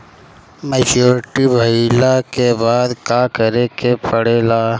Maturity भईला के बाद का करे के पड़ेला?